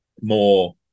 more